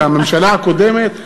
זו הממשלה הקודמת,